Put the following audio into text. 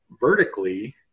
vertically